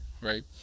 right